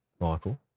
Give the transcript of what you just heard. Michael